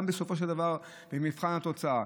ובסופו של דבר גם במבחן התוצאה.